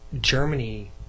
Germany